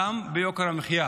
גם ביוקר המחיה